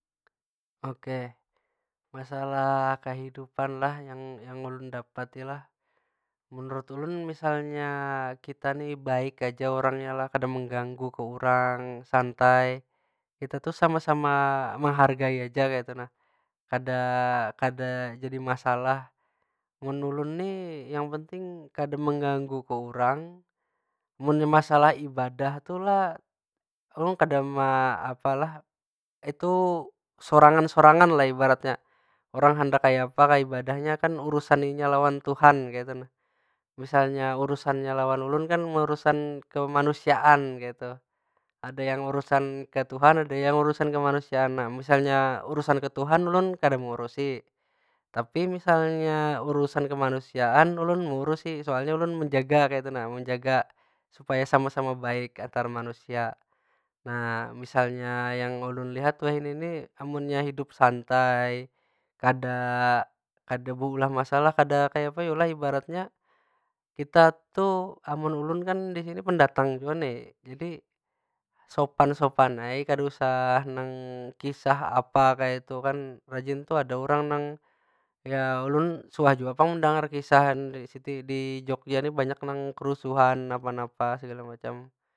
Oke, masalah kehidupan lah yang- yang ulun dapati lah. Menurut ulun misalnya kita ni baik aja urangnya lah kada menggangu ke urang, santai, kita tu sama- sama mehargai aja kaytu nah. Kada kada jadi masalah. Mun ulun nih yang penting kada menggangu ke urang, munnya masalah ibadah tu lah ulun kada meapa lah. Itu sorangan- sorangan lah ibaratnya. Orang handak kayapa kah ibadahnya, kan urusan inya lawan tuhan kaytu nah. Misalnya urusannya lawan ulun kan, urusan kemanusiaan kaytu. Ada yang urusan ketuhan, ada yang urusan kemanusiaan. Nah misalnya urusan ketuhan, ulun kada meurusi. Tapi misalnya urusan kemanusiaan ulun meurusi, soalnya ulun menjaga kaytu nah. Menjaga supaya sama- sama baik antar manusia. Nah misalnya yang ulun lihat wahini ni, amunnya hidup santai, kada- kada beulah masalah kada kayapa yu lah ibaratnya? Kita tu, amun ulun kan di sini pendatang jua nih. Sopan- sopan ai kadausah nang kisah apa kaytu kan. Rajin tu ada urang nang, ya ulun suah jua pang mendengar kisah di jogja ni banyak nang kerusuhan napa- napa segala macam.